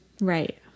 Right